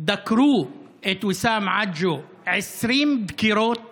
דקרו את ויסאם עג'ו 20 דקירות